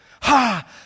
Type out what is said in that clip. Ha